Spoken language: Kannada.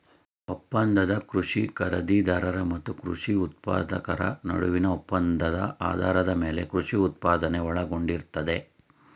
ಒಪ್ಪಂದದ ಕೃಷಿ ಖರೀದಿದಾರ ಮತ್ತು ಕೃಷಿ ಉತ್ಪಾದಕರ ನಡುವಿನ ಒಪ್ಪಂದ ಆಧಾರದ ಮೇಲೆ ಕೃಷಿ ಉತ್ಪಾದನೆ ಒಳಗೊಂಡಿರ್ತದೆ